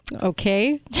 Okay